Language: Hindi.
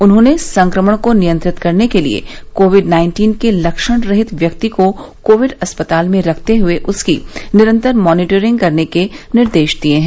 उन्होंने संक्रमण को नियंत्रित करने के लिए कोविड नाइन्टीन के लक्षणरहित व्यक्ति को कोविड अस्पताल में रखते हए उसकी निरंतर मॉनिटरिंग करने के निर्देश दिए हैं